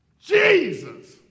Jesus